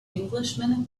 englishman